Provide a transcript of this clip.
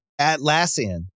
Atlassian